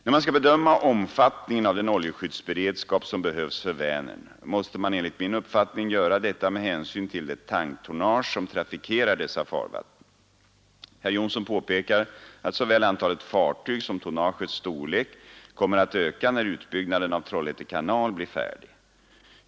När man skall bedöma omfattningen av den oljeskyddsberedskap som behövs för Vänern, måste man enligt min uppfattning göra detta med hänsyn till det tanktonnage som trafikerar dessa farvatten. Herr Jonsson påpekar att såväl antalet fartyg som tonnagets storlek kommer att öka när utbyggnaden av Trollhätte kanal blir färdig.